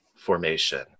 Formation